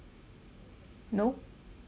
no